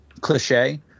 cliche